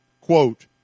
Quote